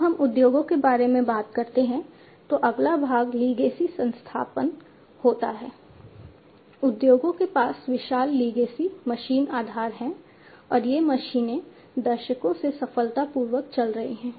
जब हम उद्योगों के बारे में बात करते हैं तो अगला भाग लीगेसी प्रतिष्ठानों के साथ एकीकृत हैं